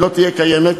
היא לא תהיה קיימת,